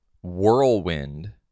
whirlwind